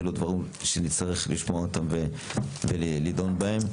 אלה דברים שנצטרך לשמוע אותם ולדון בהם.